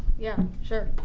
yeah, sure.